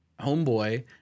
homeboy